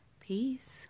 Peace